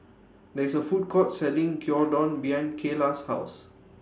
There IS A Food Court Selling Gyudon behind Cayla's House